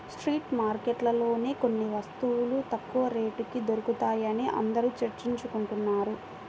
street మార్కెట్లలోనే కొన్ని వస్తువులు తక్కువ రేటుకి దొరుకుతాయని అందరూ చర్చించుకుంటున్నారు